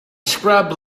scrub